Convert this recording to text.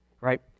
right